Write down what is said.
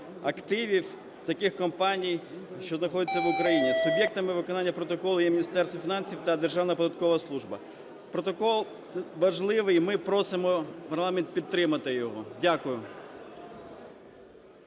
активів таких компаній, що знаходяться в Україні. Суб'єктами виконання Протоколу є Міністерство фінансів та Державна податкова служба. Протокол важливий. І ми просимо парламент підтримати його. Дякую.